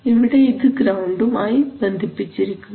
ഇവിടെ ഇത് ഗ്രൌണ്ടും ആയി ബന്ധിപ്പിച്ചിരിക്കുന്നു